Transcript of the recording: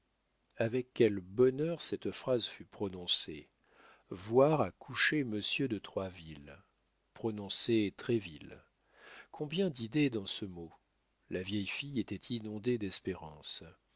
avec quel bonheur cette phrase fut prononcée voir à coucher monsieur de troisville prononcez tréville combien d'idées dans ce mot la vieille fille était inondée d'espérance